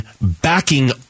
backing